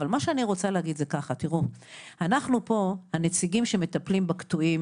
אבל מה שאני רוצה להגיד הוא: אנחנו פה הנציגים שמטפלים בקטועים,